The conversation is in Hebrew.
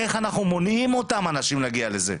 איך אנחנו מונעים אותם מאותם אנשים להגיע לזה,